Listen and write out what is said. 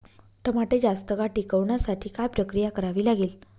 टमाटे जास्त काळ टिकवण्यासाठी काय प्रक्रिया करावी लागेल?